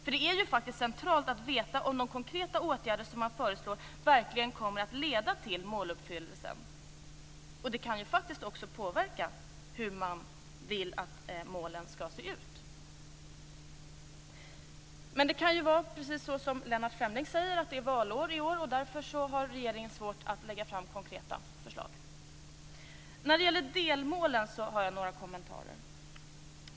Det är faktiskt centralt att veta om de konkreta åtgärder som föreslås verkligen kommer att leda till måluppfyllelsen. Det kan också påverka hur man vill att målen skall se ut. Det kan ju vara precis så som Lennart Fremling säger, dvs. att det är valår i år och att regeringen därför har svårt att lägga fram konkreta förslag. Jag har några kommentarer som gäller delmålen.